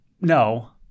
No